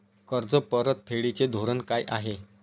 कर्ज परतफेडीचे धोरण काय आहे?